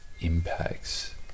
impacts